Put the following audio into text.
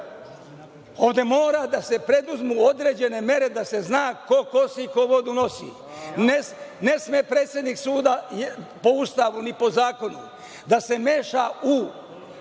Ovde mora da se preduzmu određene mere, da se zna ko kosi, ko vodu nosi. Ne sme predsednik suda, ni po Ustavu, ni po zakonu, da se meša u